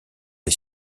les